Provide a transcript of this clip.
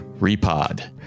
repod